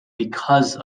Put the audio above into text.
because